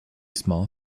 small